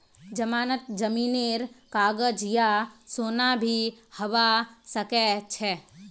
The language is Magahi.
जमानतत जमीनेर कागज या सोना भी हबा सकछे